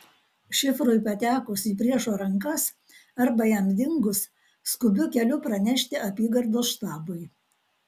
šifrui patekus į priešo rankas arba jam dingus skubiu keliu pranešti apygardos štabui